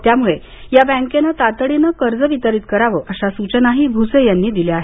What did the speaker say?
त्यामुळे या बँकेने तातडीने कर्ज वितरीत करावे अशा सूचनाही भूसे यांनी दिल्या आहेत